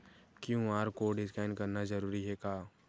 QR code scan करना जरूरी हे का?